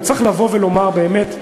וצריך לבוא ולומר: באמת,